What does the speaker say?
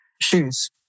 shoes